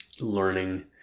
learning